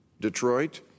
Detroit